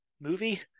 movie